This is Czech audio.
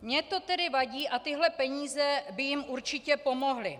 Mně to tedy vadí a tyhle peníze by jim určitě pomohly.